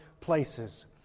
places